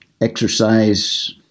exercise